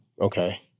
Okay